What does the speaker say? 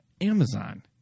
Amazon